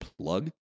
plug